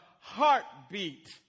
heartbeat